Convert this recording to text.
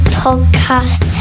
podcast